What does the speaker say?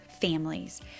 families